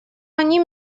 они